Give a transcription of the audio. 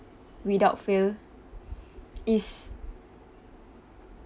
without fail is